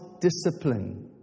discipline